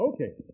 Okay